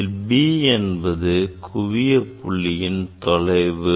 இதில் b என்பது ஒரு குவிய புள்ளியின் தொலைவு